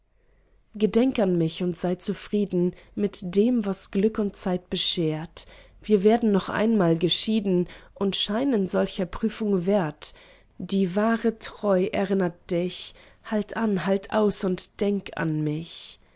gedenk an mich und sei zufrieden mit dem was glück und zeit beschert wir werden noch einmal geschieden und scheinen solcher prüfung wert die wahre treu erinnert dich halt an halt aus und denk an mich